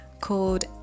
called